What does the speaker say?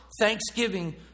thanksgiving